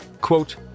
quote